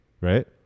Right